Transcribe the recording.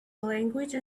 language